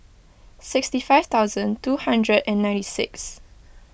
sixty five thousand two hundred and ninety six